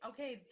Okay